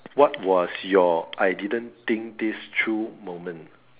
what was your I didn't think this through moment